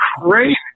crazy